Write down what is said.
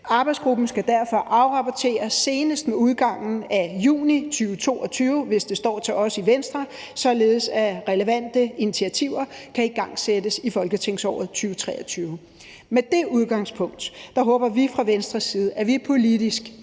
Arbejdsgruppen skal derfor afrapportere senest med udgangen af juni 2022, hvis det står til os i Venstre, således at relevante initiativer kan igangsættes i 2023 . Med det udgangspunkt håber vi fra Venstres side, at vi politisk bredt